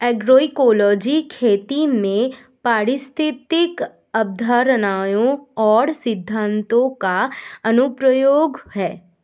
agroecology खेती में पारिस्थितिक अवधारणाओं और सिद्धांतों का अनुप्रयोग है